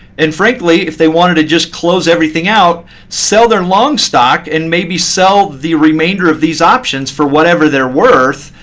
and frankly, if they wanted to just close everything out sell their long stock, and maybe sell the remainder of these options for whatever they're worth,